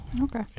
okay